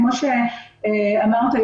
כמו שאמרת,